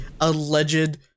alleged